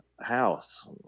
house